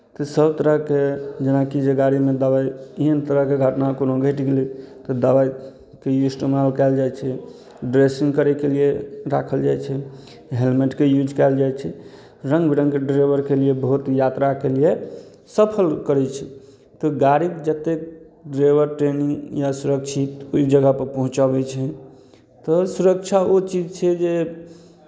तऽ सभ तरहके जेनाकि जे गाड़ीमे दबाइ एहन तरहके घटना कोनो घटि गेलै तऽ दबाइके इस्तेमाल कयल जाइ छै ड्रेसिंग करयके लिए राखल जाइ छै हेलमेटके यूज कयल जाइ छै रङ्ग बिरङ्गके ड्राइवरके लिए बहुत यात्राके लिए सफल करै छै तऽ गाड़ी जतेक ड्राइवर ट्रेनिंग या सुरक्षित ओहि जगहपर पहुँचाबै छनि तऽ सुरक्षा ओ चीज छै जे